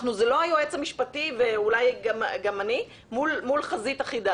זה לא היועץ המשפטי ואולי גם אני מול חזית אחידה,